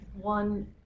One